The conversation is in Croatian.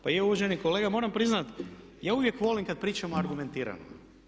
Pa je, uvaženi kolega moram priznati ja uvijek volim kad pričamo argumentirano.